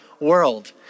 world